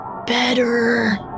better